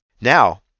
Now